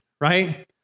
right